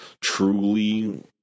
truly